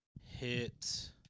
hit